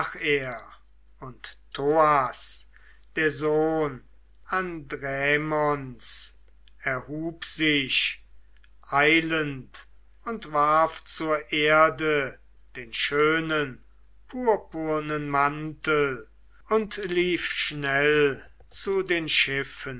er und thoas der sohn andraimons erhub sich eilend und warf zur erde den schönen purpurnen mantel und lief schnell zu den